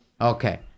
Okay